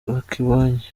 bakibonye